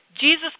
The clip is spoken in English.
Jesus